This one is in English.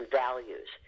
values